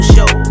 Show